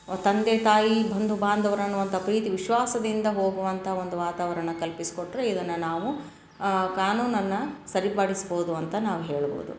ತಂದೆ ತಾಯಿ ಬಂಧು ಬಾಂಧವರು ಅನ್ನುವಂಥ ಪ್ರೀತಿ ವಿಶ್ವಾಸದಿಂದ ಹೋಗುವಂಥ ಒಂದು ವಾತಾವರಣ ಕಲ್ಪಿಸಿಕೊಟ್ರೆ ಇದನ್ನು ನಾವು ಕಾನೂನನ್ನು ಸರಿಪಡಿಸ್ಬೋದು ಅಂತ ನಾವು ಹೇಳ್ಬೋದು